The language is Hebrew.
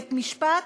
בית-משפט,